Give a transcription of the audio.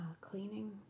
cleaning